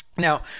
Now